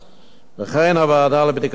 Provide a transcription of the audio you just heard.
וכן הוועדה לבדיקת מינויים,